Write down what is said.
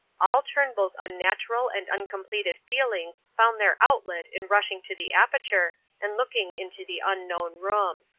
al turnbull's unnatural and uncompleted feelings found their outlet in rushing to the aperture and looking into the unknown room.